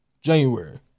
January